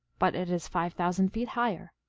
but it is five thousand feet higher.